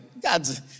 God's